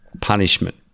punishment